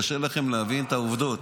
קשה לכם להבין את העובדות.